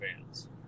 fans